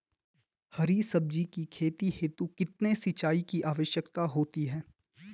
हरी सब्जी की खेती हेतु कितने सिंचाई की आवश्यकता होती है?